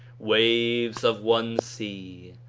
waves of one sea,